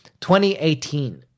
2018